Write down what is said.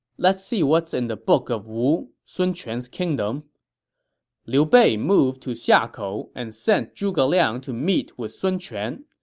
let's see what's in the book of wu, sun quan's kingdom liu bei moved to xiakou and sent zhuge liang to meet with sun quan.